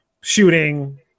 shooting